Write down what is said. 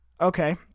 Okay